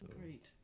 Great